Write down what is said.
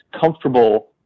comfortable